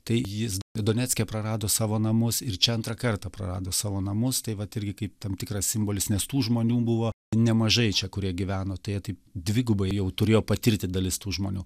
tai jis donecke prarado savo namus ir čia antrą kartą prarado savo namus tai vat irgi kaip tam tikras simbolis nes tų žmonių buvo nemažai čia kurie gyveno tai jie taip dvigubai jau turėjo patirti dalis tų žmonių